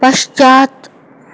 पश्चात्